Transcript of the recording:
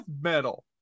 metal